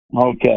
Okay